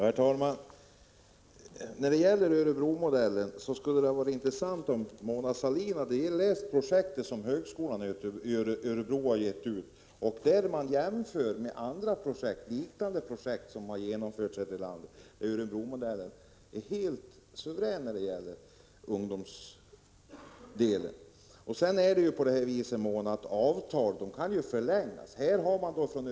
Herr talman! Det hade varit intressant om Mona Sahlin hade läst den skrift — 4 juni 1986 som högskolan i Örebro har gett ut där man jämför Örebromodellen med liknande projekt som genomförts här i landet. Där framgår att Örebromodellen är helt suverän i den del som gäller ungdomar. Avtal kan ju förlängas, Mona Sahlin.